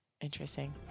Interesting